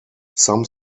some